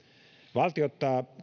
valtio ottaa